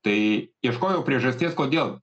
tai ieškojau priežasties kodėl